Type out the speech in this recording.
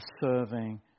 serving